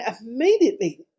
immediately